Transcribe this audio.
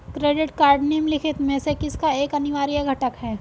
Credit card निम्नलिखित में से किसका एक अनिवार्य घटक है?